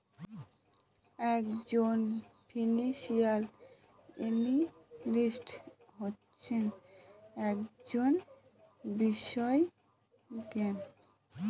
এক জন financial analyst হচ্ছেন একজন বিশেষজ্ঞ